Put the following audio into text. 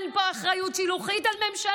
אין פה אחריות שילוחית על הממשלה?